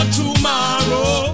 tomorrow